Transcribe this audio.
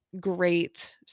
great